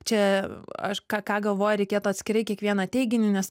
čia aš ką ką galvoju reikėtų atskirai kiekvieną teiginį nes